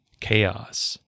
chaos